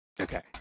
Okay